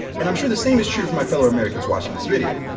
and i'm sure the same is true for my fellow americans watching this video.